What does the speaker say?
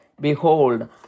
behold